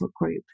group